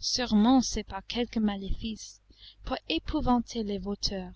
sûrement c'est par quelque maléfice pour épouvanter les vautours